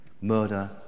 murder